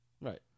Right